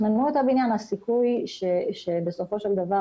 כי אם כבר תכננו את הבניין - הסיכוי שבסופו של דבר